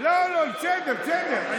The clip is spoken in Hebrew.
בסדר, בסדר.